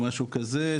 או משהו כזה,